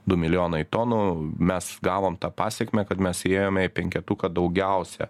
du milijonai tonų mes gavom tą pasekmę kad mes įėjome į penketuką daugiausia